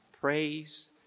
praise